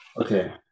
Okay